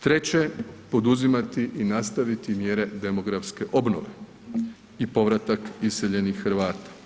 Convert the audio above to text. Treće, poduzimati i nastaviti mjere demografske obnove i povratak iseljenih Hrvata.